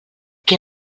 que